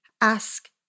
ask